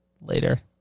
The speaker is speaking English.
later